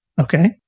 okay